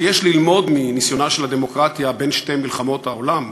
כי יש ללמוד מניסיונה של הדמוקרטיה בין שתי מלחמות העולם,